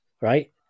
right